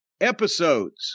episodes